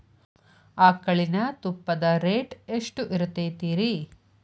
ಆಕಳಿನ ತುಪ್ಪದ ರೇಟ್ ಎಷ್ಟು ಇರತೇತಿ ರಿ?